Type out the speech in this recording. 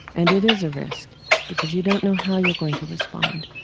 and it is a risk because you don't know how you're going to respond.